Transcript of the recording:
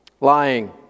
Lying